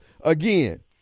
Again